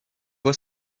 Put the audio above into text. voie